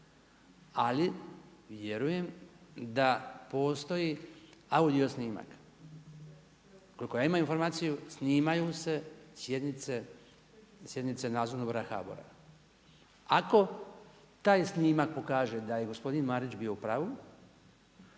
ali vjerujem da postoji audio snimak, koliko ja imam informaciju snimaju se sjednice, sjednice Nadzornog odbora HBOR-a. Ako taj snimak pokaže da je gospodin Marić bio u pravu,